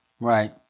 Right